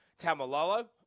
Tamalolo